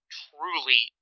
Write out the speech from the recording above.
truly